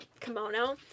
kimono